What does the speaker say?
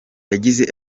yagize